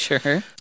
Sure